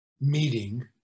meeting